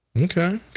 Okay